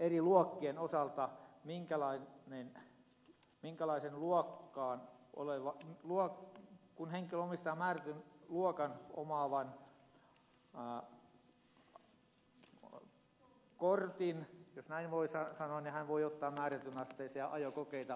eri luokkien osalta että kun henkilö omistaa määrätyn luokan omaavan kortin jos näin voi sanoa hän voi ottaa määrätyn asteisia ajokokeita